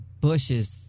bushes